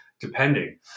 depending